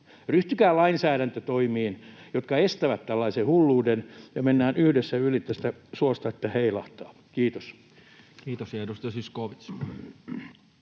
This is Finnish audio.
Ryhtykää lainsäädäntötoimiin, jotka estävät tällaisen hulluuden, ja mennään yhdessä yli tästä suosta, että heilahtaa. — Kiitos. [Speech